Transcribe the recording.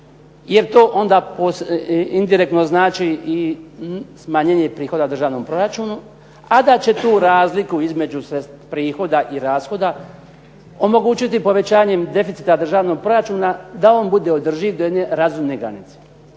jer to onda indirektno znači i smanjenje prihoda državnom proračunu a da će tu razliku između prihoda i rashoda omogućiti povećanjem deficita državnog proračuna da on bude održiv do jedne razumne granice.